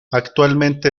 actualmente